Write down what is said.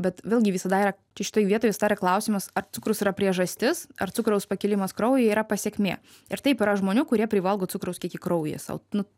bet vėlgi visada yra čia šitoj vietoj visada yra klausimas ar cukrus yra priežastis ar cukraus pakilimas kraujyje yra pasekmė ir taip yra žmonių kurie privalgo cukraus kiekį kraujyje sau nu